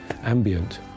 ambient